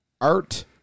art